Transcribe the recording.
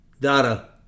data